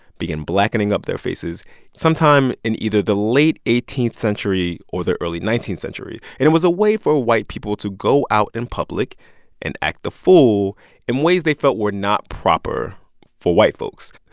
began blackening up their faces sometime in either the late eighteenth century or the early nineteenth century. and it was a way for white people to go out in public and act a fool in ways they felt were not proper for white folks.